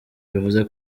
bivuze